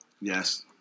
Yes